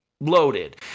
loaded